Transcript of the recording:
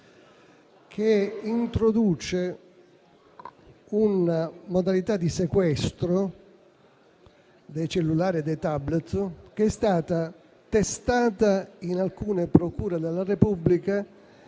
introduce una modalità di sequestro dei cellulari e dei *tablet* che è stata testata in alcune procure della Repubblica